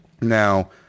Now